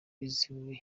bizihiwe